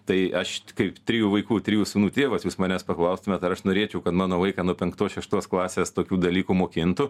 tai aš kaip trijų vaikų trijų sūnų tėvas jūs manęs paklaustumėt ar aš norėčiau kad mano vaiką nuo penktos šeštos klasės tokių dalykų mokintų